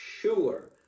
sure